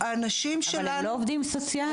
אבל הם לא עובדים סוציאליים.